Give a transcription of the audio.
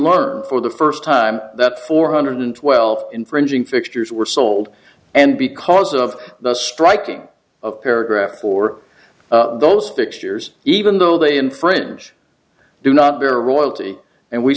learn for the first time that four hundred twelve infringing fixtures were sold and because of the striking of paragraph or those fixtures even though they infringe do not bear royalty and we